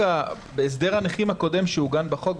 בהסדר הנכים הקודם שעוגן בחוק,